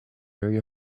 area